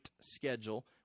schedule